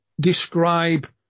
describe